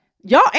y'all